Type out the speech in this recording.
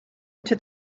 into